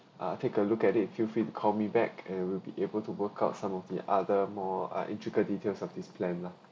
ah take a look at it feel free to call me back and will be able to work out some of the other more ah intricate details of this plan lah